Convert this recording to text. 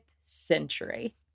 century